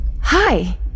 Hi